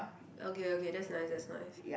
okay okay that's nice that's nice